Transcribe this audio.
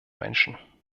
menschen